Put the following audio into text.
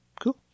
cool